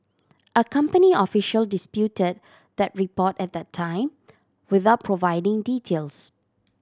a company official disputed that report at the time without providing details